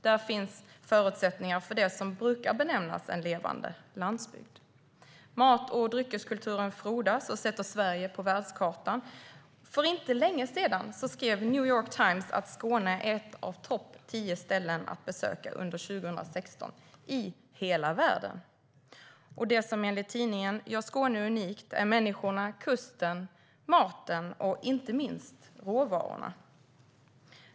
Där finns förutsättningar för det som brukar benämnas en levande landsbygd. Mat och dryckeskulturen frodas och sätter Sverige på världskartan. För inte länge sedan skrev The New York Times att Skåne är ett av topp 10-ställena att besöka under 2016 - i hela världen. Det som enligt tidningen gör Skåne unikt är människorna, kusten, maten och inte minst råvarorna.